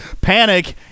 Panic